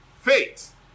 faith